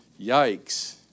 Yikes